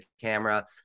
camera